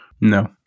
no